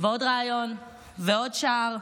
ועוד ריאיון ועוד שער.